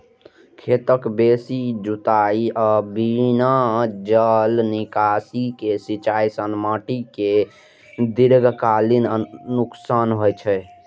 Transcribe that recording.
खेतक बेसी जुताइ आ बिना जल निकासी के सिंचाइ सं माटि कें दीर्घकालीन नुकसान होइ छै